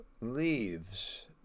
leaves